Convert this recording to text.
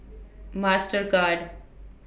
Mastercard